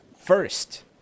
first